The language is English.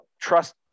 trust